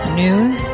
news